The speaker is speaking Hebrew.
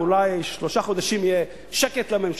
ואולי שלושה חודשים יהיה שקט לממשלה.